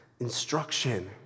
instruction